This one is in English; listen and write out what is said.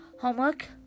homework